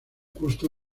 justo